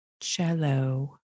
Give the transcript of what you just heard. cello